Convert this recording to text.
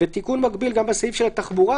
תיקון מקביל גם בסעיף של התחבורה,